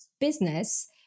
business